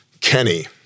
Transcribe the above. Kenny